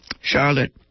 Charlotte